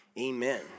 Amen